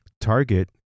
Target